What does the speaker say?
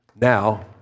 now